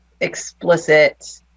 explicit